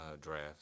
draft